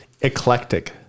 Eclectic